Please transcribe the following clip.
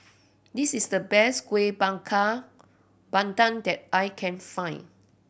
this is the best Kueh Bakar Pandan that I can find